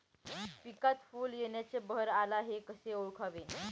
पिकात फूल येण्याचा बहर आला हे कसे ओळखावे?